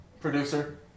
producer